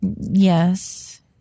Yes